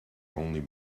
only